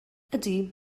ydy